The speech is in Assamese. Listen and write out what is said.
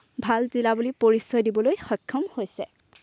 ভাল জিলা বুলি পৰিচয় দিবলৈ সক্ষম হৈছে